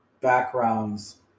backgrounds